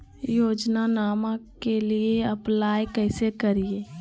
योजनामा के लिए अप्लाई कैसे करिए?